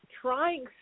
Trying